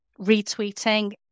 retweeting